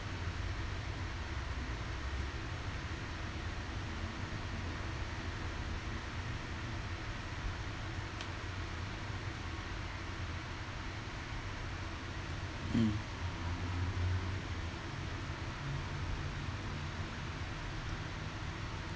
mm